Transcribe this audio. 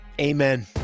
Amen